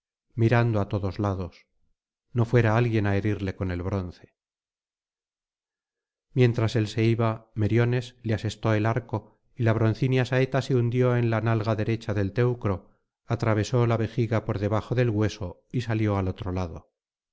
mirando á todos lados no fuera alguien á herirle con el bronce mientras él se iba meriones le asestó el arco y la broncínea saeta se hundió en la nalga derecha del teucro atravesó la vejiga por debajo del hueso y salió al otro lado